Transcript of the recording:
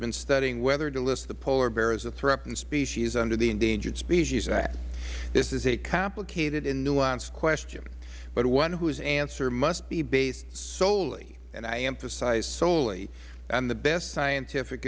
been studying whether to list the polar bear as a threatened species under the endangered species act this is a complicated and nuanced question but one whose answer must be based solely and i emphasize solely on the best scientific